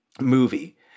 movie